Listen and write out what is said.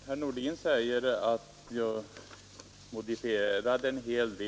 Herr talman! Herr Nordin säger att jag modifierade mig jämfört